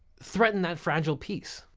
threaten that fragile piece.